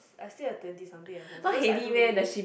I still have twenty something at home because I don't really use